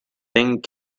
thing